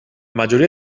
majoria